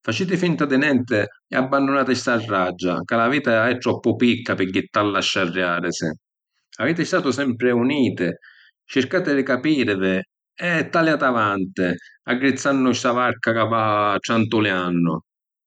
Faciti finta di nenti e abbannunati sta raggia, ca la vita è troppu picca pi jittalla a sciarriarisi. Aviti statu sempri uniti, circati di capirivi e taliàti avanti, aggrizzannu sta varca ca va trantuliànnu.